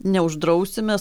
neuždrausim mes